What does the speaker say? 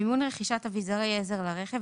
מימון רכישת אביזרי עזר לרכב,